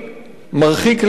מרחיק לכת,